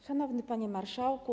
Szanowny Panie Marszałku!